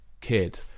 kid